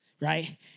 right